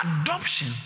adoption